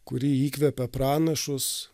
kuri įkvepia pranašus